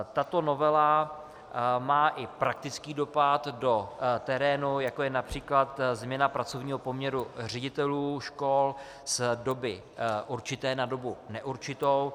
Tato novela má i praktický dopad do terénu, jako je např. změna pracovního poměru ředitelů škol z doby určité na dobu neurčitou.